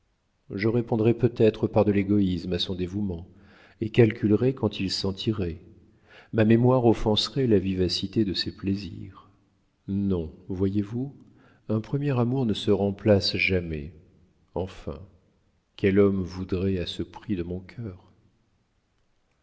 je répondrais peut-être par de l'égoïsme à son dévouement et calculerais quand il sentirait ma mémoire offenserait la vivacité de ses plaisirs non voyez-vous un premier amour ne se remplace jamais enfin quel homme voudrait à ce prix de mon cœur